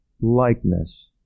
likeness